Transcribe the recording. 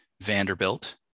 Vanderbilt